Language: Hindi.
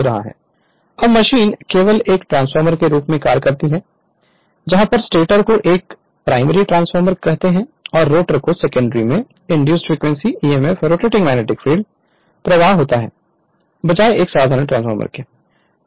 Refer Slide Time 1044 अब मशीन केवल एक ट्रांसफॉर्मर के रूप में कार्य करती है जहां पर स्टेटर को एक प्राइमरी ट्रांसफार्मर कहते हैं और रोटर सेकेंडरी में induced frequency emf rotating magnetic flux प्रवाह होता है बजाय एक साधारण ट्रांसफार्मर के